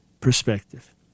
perspective